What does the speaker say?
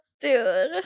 dude